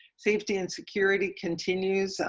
safety and security continues,